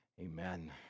Amen